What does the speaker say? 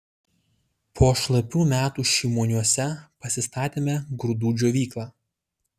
po šlapių metų šimoniuose pasistatėme grūdų džiovyklą